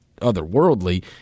otherworldly